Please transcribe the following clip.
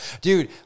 Dude